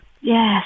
Yes